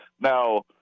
Now